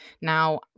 Now